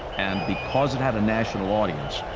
and because it had a national audience,